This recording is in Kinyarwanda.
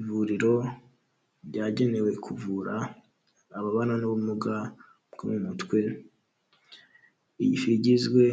Ivuriro ryagenewe kuvura ababana n'ubumuga bwo mu mutwe, rigizwe